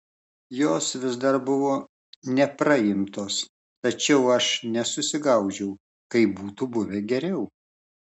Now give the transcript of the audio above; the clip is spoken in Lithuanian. jos vis dar buvo nepraimtos tačiau aš nesusigaudžiau kaip būtų buvę geriau